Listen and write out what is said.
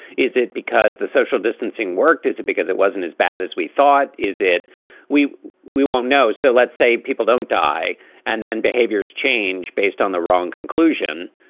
is it because the social distancing worked? is it because it wasn't as bad as we thought? is it we we won't know. so let's say people don't die and then behaviors change based on the wrong conclusion.